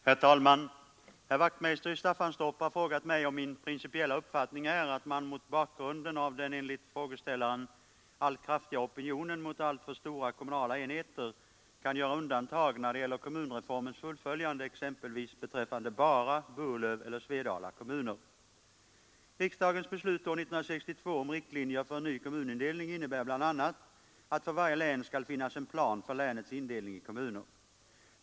Herr talman! Herr Wachtmeister i Staffanstorp har frågat mig om min principiella uppfattning är, att man, mot bakgrunden av den enligt frågeställaren allt kraftigare opinionen mot alltför stora kommunala enheter, kan göra undantag när det gäller kommunreformens fullföljande, exempelvis beträffande Bara, Burlöv eller Svedala kommuner. Riksdagens beslut år 1962 om riktlinjer för en ny kommunindelning innebär bl.a. att för varje län skall finnas en plan för länets indelning i kommuner.